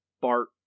Bart